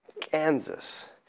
Kansas